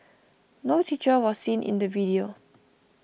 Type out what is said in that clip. no teacher was seen in the video